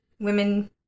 Women